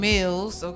Mills